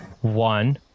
one